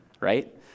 Right